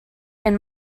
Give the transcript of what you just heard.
and